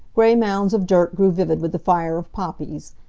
gray mounds of dirt grew vivid with the fire of poppies.